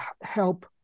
help